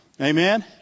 Amen